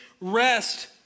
rest